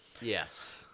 Yes